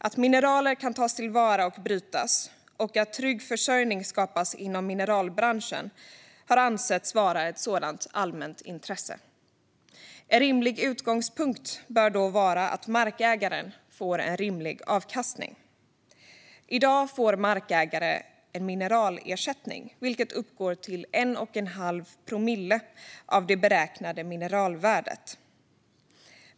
Att mineraler kan tas till vara och brytas samt att trygg försörjning skapas inom mineralbranschen har ansetts vara ett sådant allmänt intresse. En rimlig utgångspunkt bör då vara att markägaren får en rimlig avkastning. I dag får markägare en mineralersättning som uppgår till 1 1⁄2 promille av det beräknade mineralvärdet.